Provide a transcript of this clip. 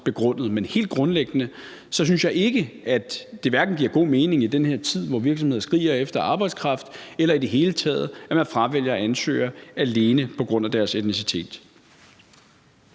begrundet. Men helt grundlæggende synes jeg ikke, at det giver god mening, hverken i den her tid, hvor virksomheder skriger efter arbejdskraft, eller i det hele taget, at man fravælger ansøgere alene på grund af deres etnicitet.